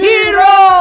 Hero